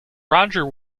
roger